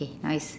okay nice